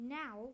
now